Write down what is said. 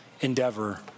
endeavor